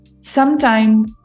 sometime